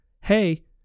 hey